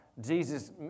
Jesus